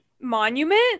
monument